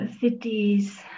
cities